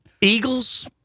Eagles